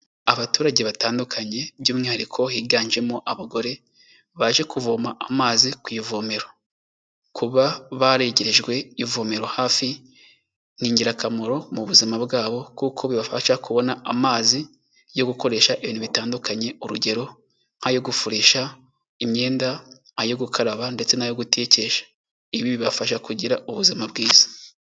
Abaturage batandukanye, by'umwihariko higanjemo abagore baje kuvoma amazi ku ivomero, kuba baregerejwe ivomero hafi ni ingirakamaro mu buzima bwabo, kuko bibafasha kubona amazi yo gukoresha ibintu bitandukanye, urugero nk'ayo gufurisha imyenda, ayo gukaraba ndetse n'ayo gutekesha, ibi bibafasha kugira ubuzima bwiza.